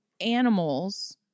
animals